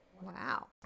Wow